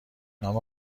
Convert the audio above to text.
نام